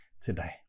today